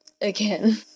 Again